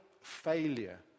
failure